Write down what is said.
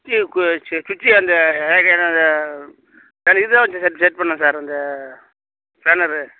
சுவிட்ச்சு கு சி சுவிட்ச்சு அந்த ஏரியாலாம் அந்த சார் இதான் வெச்சி செக் செக் பண்ணோம் சார் அந்த ஸ்பேனரு